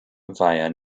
via